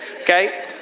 Okay